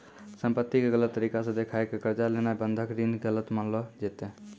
संपत्ति के गलत तरिका से देखाय के कर्जा लेनाय बंधक ऋण गलत मानलो जैतै